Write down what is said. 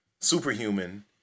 superhuman